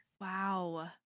Wow